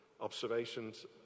observations